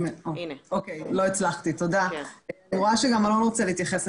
אני רואה שגם אלון רוצה להתייחס.